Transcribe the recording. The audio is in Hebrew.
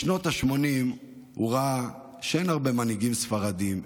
בשנות השמונים הוא ראה שאין הרבה מנהיגים ספרדים,